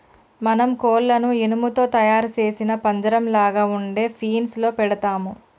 మనం కోళ్లను ఇనుము తో తయారు సేసిన పంజరంలాగ ఉండే ఫీన్స్ లో పెడతాము